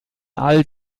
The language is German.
all